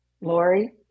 Lori